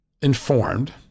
informed